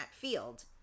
field